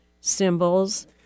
symbols